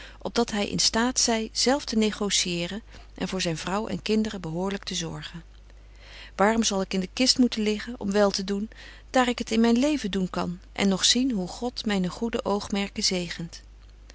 op dat hy in staat zy zelf te negotieeren en voor zyn vrouw en kinderen behoorlyk te zorgen waarom zal ik in de kist moeten liggen om wel te doen daar ik het in myn leven doen kan en nog zien hoe god myne goede oogmerken zegent